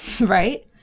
Right